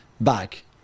back